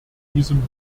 diesem